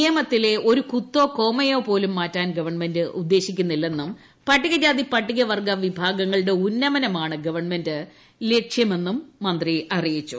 നിയമത്തിലെ ഒരു കുത്തോ കോമയോ പോലും മാറ്റാൻ ഗവൺമെന്റ് ഉദ്ദേശിക്കുന്നില്ലെന്നും പട്ടികജാതി പട്ടികവർഗ്ഗ വിഭാഗങ്ങളുടെ ഉന്നമനമാണ് ഗവൺമെന്റ് ലക്ഷ്യമെന്നും മന്ത്രി അറിയിച്ചു